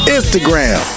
Instagram